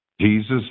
Jesus